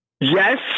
Yes